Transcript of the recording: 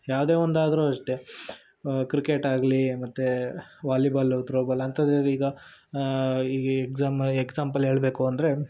ಯಾವ್ದೇ ಒಂದಾದರೂ ಅಷ್ಟೇ ಕ್ರಿಕೆಟಾಗಲಿ ಮತ್ತು ವಾಲಿಬಾಲು ತ್ರೋಬಾಲ್ ಅಂಥದ್ದರಲ್ಲಿ ಈಗ ಈಗ ಎಕ್ಸಾಮ್ ಎಕ್ಸಾಂಪಲ್ ಹೇಳಬೇಕು ಅಂದರೆ